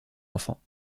enfants